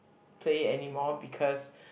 play it anymore because